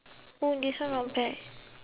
oh this one not bad